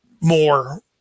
more